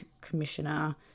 commissioner